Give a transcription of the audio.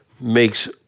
makes